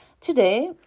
Today